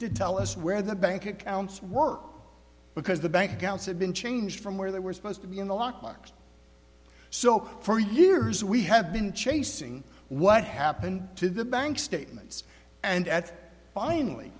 to tell us where the bank accounts work because the bank accounts had been changed from where they were supposed to be in the lock box so for years we have been chasing what happened to the bank statements and at finally